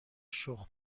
شخم